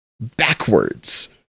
backwards